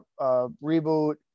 reboot